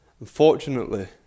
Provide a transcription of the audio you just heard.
Unfortunately